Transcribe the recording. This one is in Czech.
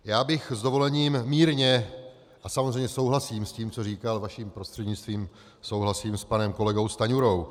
Já bych s dovolením mírně a samozřejmě souhlasím s tím, co říkal, vaším prostřednictvím souhlasím s panem kolegou Stanjurou.